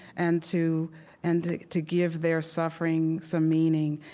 and to and to give their suffering some meaning,